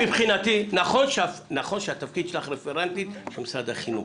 נכון שהתפקיד שלך הוא רפרנטית במשרד האוצר.